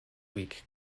week